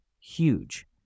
huge